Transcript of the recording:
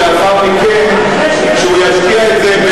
את זה כסכום חד-פעמי ולאחר מכן שהוא ישקיע את זה,